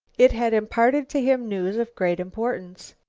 it had imparted to him news of great importance.